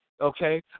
okay